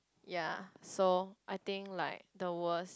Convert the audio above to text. ya so I think like the worst